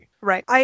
Right